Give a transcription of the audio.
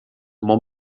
món